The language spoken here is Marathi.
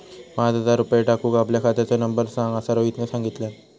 पाच हजार रुपये टाकूक आपल्या खात्याचो नंबर सांग असा रोहितने सांगितल्यान